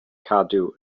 cadw